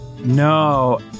No